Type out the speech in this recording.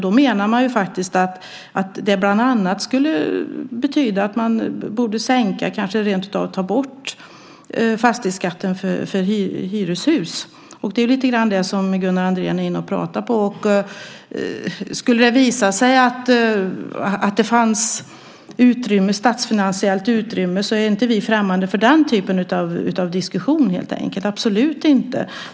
Då menade man att det bland annat skulle betyda att fastighetsskatten borde sänkas eller kanske rentav tas bort för hyreshus. Det är lite grann det som Gunnar Andrén är inne på. Skulle det visa sig att det finns ett statsfinansiellt utrymme är vi inte främmande för den typen av diskussion - absolut inte!